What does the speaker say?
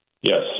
Yes